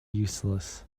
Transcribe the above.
useless